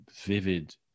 vivid